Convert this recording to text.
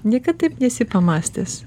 niekad taip nesi pamąstęs